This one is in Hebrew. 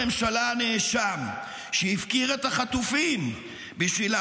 אלמוג, אני מסתדר, אני